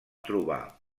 trobar